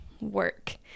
work